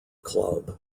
club